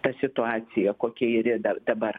ta situacija kokia ji dabar